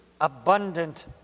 abundant